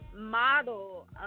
model